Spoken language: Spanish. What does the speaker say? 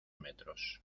metros